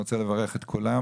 אני רוצה לברך את כולם,